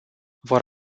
vor